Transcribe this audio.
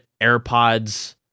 airpods